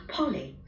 Polly